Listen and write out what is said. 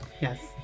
Yes